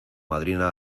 madrina